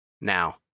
Now